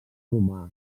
romà